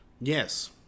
Yes